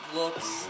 looks